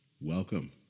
Welcome